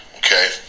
Okay